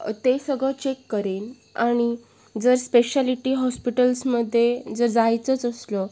ते सगळं चेक करेन आणि जर स्पेशालिटी हॉस्पिटल्समध्ये जर जायचंच असलं